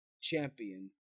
champion